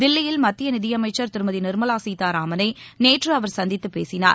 தில்லியில் மத்திய நிதியமைச்சர் திருமதி நிர்மவா சீத்தாராமனை நேற்று அவர் சந்தித்து பேசினார்